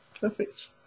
Perfect